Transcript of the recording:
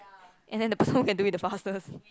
and then the person who can do it the fastest